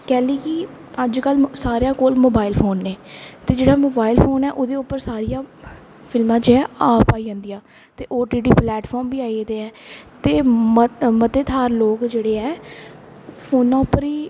कैह्ली की अज्जकल सारेआं कोल मोबाईल फोन न ते जेह्ड़ा मोबाईल फोन ऐ ओह्दे उप्पर सारियां फिल्मां ऐ आप आई जंदियां ते ओटीटी प्लेटफॉर्म बी आई गेदे ऐ ते मते थाह्र लोक जेह्ड़े ऐ फोनै उप्पर ई